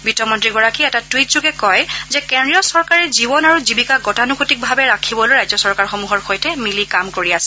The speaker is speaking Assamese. বিত্তমন্ত্ৰীগৰাকীয়ে এটা টুইট যোগে কয় যে কেন্দ্ৰীয় চৰকাৰে জীৱন আৰু জীৱিকা গতানুগতিকভাৱে ৰাখিবলৈ ৰাজ্যচৰকাৰসমূহৰ সৈতে মিলি কাম কৰি আছে